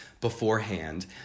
beforehand